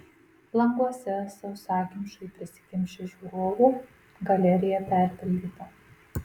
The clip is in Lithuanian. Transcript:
languose sausakimšai prisikimšę žiūrovų galerija perpildyta